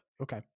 Okay